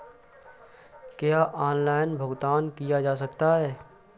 क्या ऑनलाइन भुगतान किया जा सकता है?